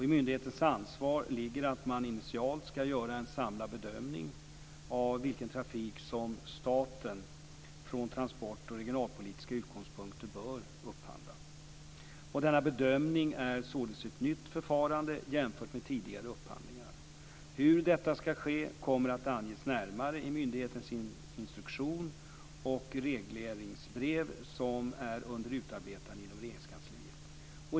I myndighetens ansvar ligger att man initialt skall göra en samlad bedömning av vilken trafik som staten från transport och regionalpolitiska utgångspunkter bör upphandla. Denna bedömning är således ett nytt förfarande jämfört med tidigare upphandlingar. Hur detta skall ske kommer att anges närmare i myndighetens instruktion och regleringsbrev som är under utarbetande inom Regeringskansliet.